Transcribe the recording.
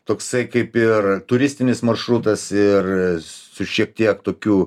toksai kaip ir turistinis maršrutas ir su šiek tiek tokių